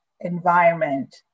environment